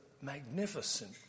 magnificent